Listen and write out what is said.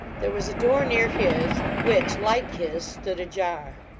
there was a door near his, which, like his, stood ajar.